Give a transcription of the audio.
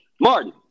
Martin